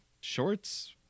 shorts